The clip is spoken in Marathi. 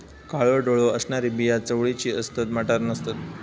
काळो डोळो असणारी बिया चवळीची असतत, मटार नसतत